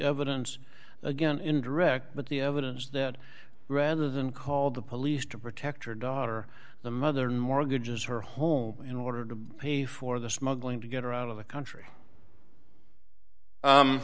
evidence again indirect but the evidence that rather than call the police to protect her daughter the mother no mortgages her home in order to pay for the smuggling to get her out of the country